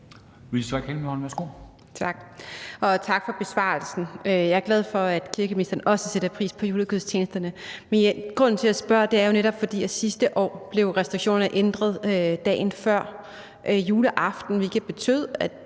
tak for besvarelsen. Jeg er glad for, at kirkeministeren også sætter pris på julegudstjenesterne. Men grunden til, at jeg spørger, er jo netop, at restriktionerne sidste år blev ændret dagen før juleaften, hvilket betød, at